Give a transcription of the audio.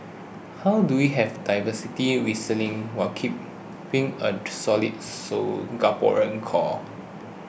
how do we have diversity whistling while keeping a solid Singaporean core